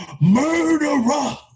Murderer